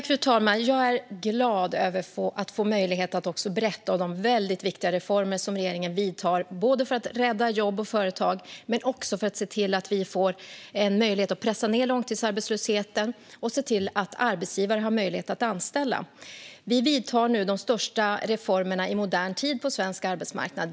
Fru talman! Jag är glad över att få möjlighet att berätta om de väldigt viktiga reformer som regeringen vidtar för att rädda jobb och företag men också för att se till att vi får möjlighet att pressa ned långtidsarbetslösheten och se till att arbetsgivare har möjlighet att anställa. Vi vidtar nu de största reformerna i modern tid på svensk arbetsmarknad.